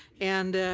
and